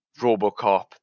Robocop